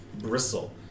bristle